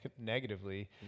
negatively